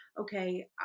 okay